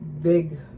big